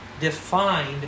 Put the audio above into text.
defined